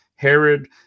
Herod